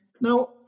Now